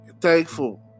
thankful